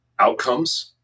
outcomes